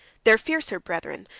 their fiercer brethren,